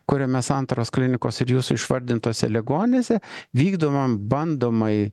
kuriame santaros klinikos ir jūsų išvardintose ligonėse vykdomėm bandomąjį